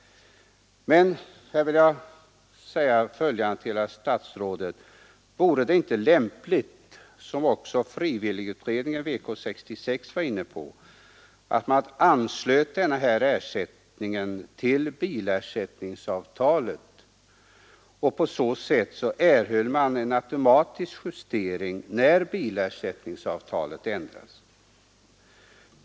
Men jag vill säga följande till herr statsrådet: Vore det inte lämpligt — som också frivilligutredningen Vk 66 var inne på — att ansluta denna ersättning till bilersättningsavtalet och på så sätt erhålla en automatisk justering när bilersättningsavtalet ändras?